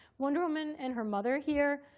wonder woman and her mother here